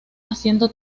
haciendo